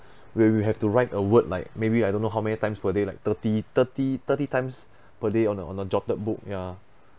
where we have to write a word like maybe I don't know how many times per day like thirty thirty thirty times per day on a on jotted book ya